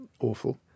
awful